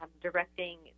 directing